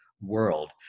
world